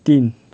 तिन